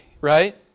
Right